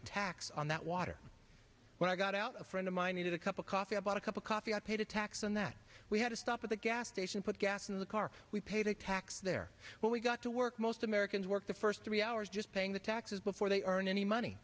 tax on that water when i got out a friend of mine needed a cup of coffee about a cup of coffee i paid a tax on that we had to stop at the gas station put gas in the car we paid a tax there when we got to work most americans work the first three hours just paying the taxes before they are in any money